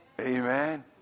Amen